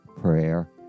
prayer